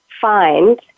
find